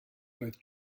both